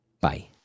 Bye